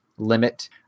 limit